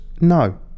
No